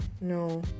no